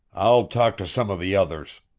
i'll talk to some of the others